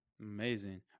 Amazing